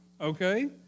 okay